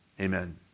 amen